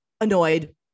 annoyed